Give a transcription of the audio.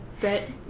bet